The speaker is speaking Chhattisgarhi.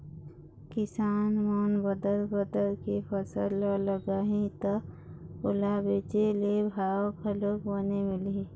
किसान मन बदल बदल के फसल ल लगाही त ओला बेचे ले भाव घलोक बने मिलही